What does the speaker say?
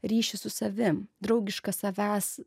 ryšį su savim draugišką savęs